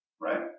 Right